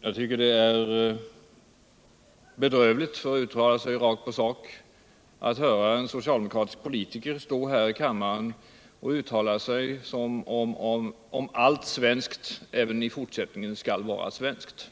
Jag tycker det är bedrövligt, för att uttala sig rakt på sak atten socialdemokratisk politiker står häri kammaren och uttalar sig som om allt svenskt även i fortsättningen skall vara svenskt,